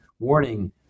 warning